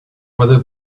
weather